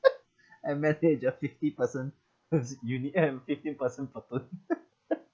I managed a fifty person unit uh fifteen person platoon